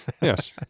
Yes